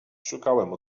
szukałem